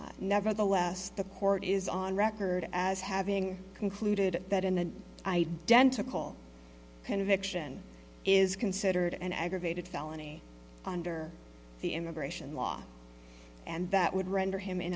nevertheless the court is on record as having concluded that in an identical conviction is considered an aggravated felony under the immigration law and that would render him